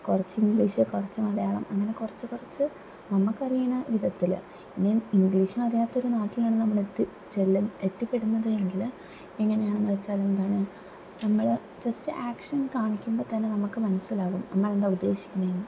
കുറച്ച് ഇംഗ്ലീഷ് കുറച്ച് മലയാളം അങ്ങനെ കുറച്ച് കുറച്ച് നമുക്ക് അറിയുന്ന വിധത്തില് ഇനി ഇംഗ്ലീഷ് അറിയാത്ത ഒരു നാട്ടിലാണ് നമ്മളെത്തി ചെല്ലും എത്തിപ്പെടുന്നത് എങ്കില് എങ്ങനെയാണ് എന്ന് വെച്ചാലെന്താണ് നമ്മള് ജസ്റ്റ് ആക്ഷന് കാണിക്കുമ്പോൾ തന്നെ നമുക്ക് മനസിലാവും നമ്മൾ എന്താണ് ഉദ്ദേശിക്കുന്നത് എന്ന്